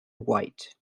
white